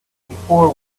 before